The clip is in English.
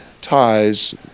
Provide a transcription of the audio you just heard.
ties